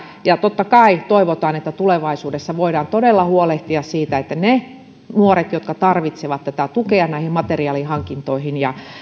ja totta kai toivotaan että tulevaisuudessa voidaan todella huolehtia siitä että ne nuoret jotka tarvitsevat tukea näihin materiaalihankintoihin ja